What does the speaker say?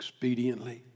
expediently